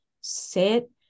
sit